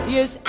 Yes